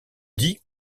dit